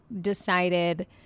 decided